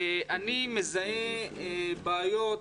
אני מזהה בעיות,